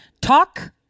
talk